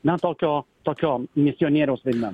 na tokio tokio misionieriaus vaidmens